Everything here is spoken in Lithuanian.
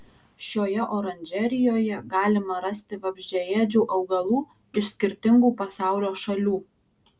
šioje oranžerijoje galima rasti vabzdžiaėdžių augalų iš skirtingų pasaulio šalių